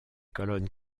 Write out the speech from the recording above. colonnes